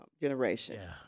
generation